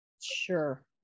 sure